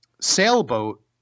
Sailboat